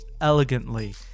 elegantly